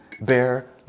bear